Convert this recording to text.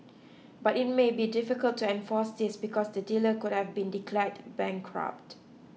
but it may be difficult to enforce this because the dealer could have been declared bankrupt